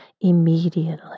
immediately